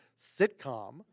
sitcom